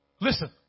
Listen